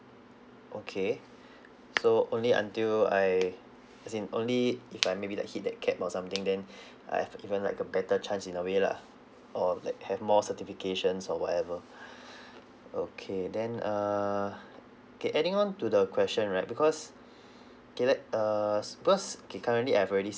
okay so only until I as in only if I maybe like hit that cap or something then I've given like a better chance in a way lah or like have more certifications or whatever okay then err okay adding on to the question right because okay let uh s~ because okay currently I have already